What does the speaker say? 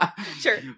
sure